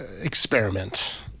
experiment